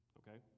okay